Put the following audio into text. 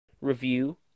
review